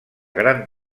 gran